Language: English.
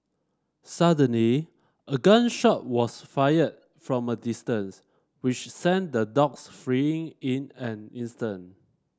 suddenly a gun shot was fired from a distance which sent the dogs fleeing in an instant